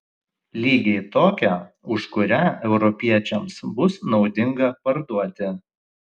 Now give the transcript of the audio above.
lygiai tokią už kurią europiečiams bus naudinga parduoti